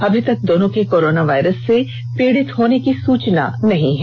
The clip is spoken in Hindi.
अमी तक दोनों के कोरोना वायरस से पीड़ित होने की सूचना नहीं है